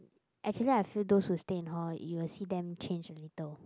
actually I feel those who stay in hall you will see them change a little